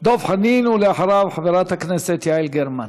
דב חנין, ואחריו, חברת הכנסת יעל גרמן.